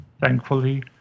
Thankfully